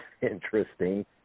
interesting